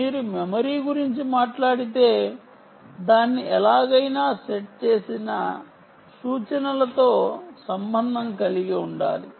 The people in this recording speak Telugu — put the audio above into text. మీరు మెమరీ గురించి మాట్లాడితే దాన్ని ఎలాగైనా సెట్ చేసిన సూచనలతో సంబంధం కలిగి ఉండాలి